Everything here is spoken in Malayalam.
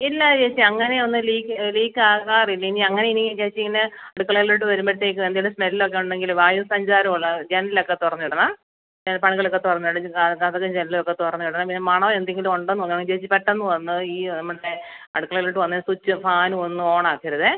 ഇല്ല ചേച്ചി അങ്ങനെ ഒന്നും ലീക്ക് ലീക്ക് ആകാറില്ല ഇനി അങ്ങനെ ഇനി ചേച്ചി ഇങ്ങനെ അടുക്കളയിലോട്ട് വരുമ്പഴത്തേക്ക് എന്തെങ്കിലും സ്മെലൊക്കെ ഉണ്ടെങ്കിൽ വായു സഞ്ചാരമുള്ള ജനലൊക്കെ തുറന്നിടണെ പകലൊക്കെ തുറന്നിട് കതകും ജനലുമൊക്കെ തുറന്നിടണം പിന്നെ മണം എന്തെങ്കിലും ഉണ്ട് എന്നുണ്ടെങ്കിൽ ചേച്ചി പെട്ടെന്ന് വന്ന് ഈ മറ്റേ അടുക്കളയിലോട്ട് വന്ന് സുച്ച് ഫാനുമൊന്നും ഓൺ ആക്കരുതേ